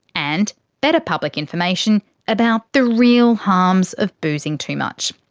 and better public information about the real harms of boozing too much.